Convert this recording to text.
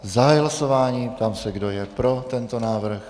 Zahajuji hlasování a ptám se, kdo je pro tento návrh.